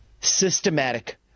systematic